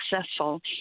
successful